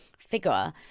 Figure